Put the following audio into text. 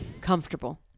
comfortable